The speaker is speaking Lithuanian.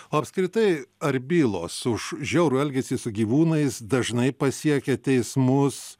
o apskritai ar bylos už žiaurų elgesį su gyvūnais dažnai pasiekia teismus